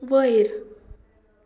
वयर